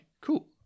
cool